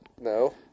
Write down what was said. No